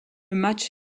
match